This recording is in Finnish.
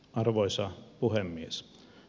arvoisa puhemies